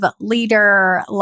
leader